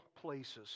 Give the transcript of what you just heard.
places